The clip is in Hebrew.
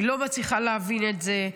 אני לא מצליחה להבין את זה.